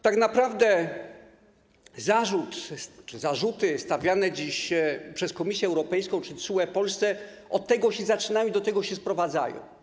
Tak naprawdę zarzut czy zarzuty stawiane dziś Polsce przez Komisję Europejską czy TSUE od tego się zaczynają i do tego się sprowadzają.